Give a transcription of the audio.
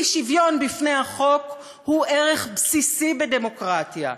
כי שוויון בפני החוק הוא ערך בסיסי בדמוקרטיה.